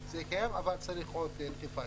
אבל צריך עוד דחיפה.